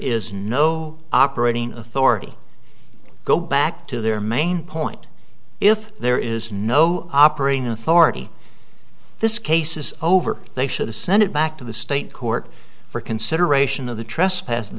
is no operating authority to go back to their main point if there is no operating authority this case is over they should to send it back to the state court for consideration of the trespass